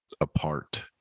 apart